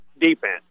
defense